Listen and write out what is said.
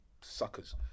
suckers